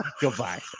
Goodbye